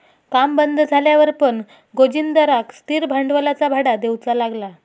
काम बंद झाल्यावर पण जोगिंदरका स्थिर भांडवलाचा भाडा देऊचा लागला